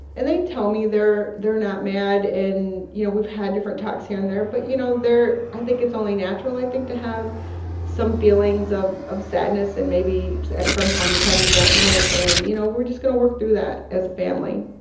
and they tell me they're they're not mad. and, you know, we've had different talks here and there. but, you know, they're i think it's only natural, i think, to have some feelings of of sadness and maybe, from time to time, resentment. and, you know, we're just going to work through that as a family